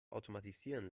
automatisieren